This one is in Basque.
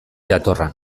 jatorra